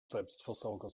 selbstversorger